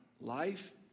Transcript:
life